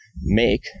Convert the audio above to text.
make